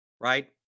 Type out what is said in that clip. right